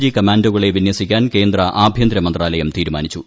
G കമാന്റോകളെ വിന്യസിക്കാൻ കേന്ദ്ര ആഭ്യന്തരമന്ത്രാലയം തീരുമാനിച്ചു